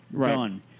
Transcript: done